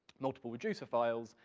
multiple reducer files,